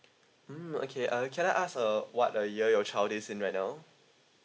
mm okay uh can I ask uh what uh year your child is in right now